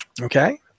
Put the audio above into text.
Okay